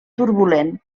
turbulent